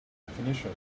definition